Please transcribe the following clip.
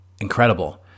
incredible